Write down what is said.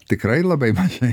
tikrai labai mažai